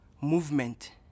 movement